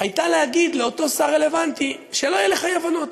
הייתה להגיד לאותו שר רלוונטי: שלא יהיו לך אי-הבנות,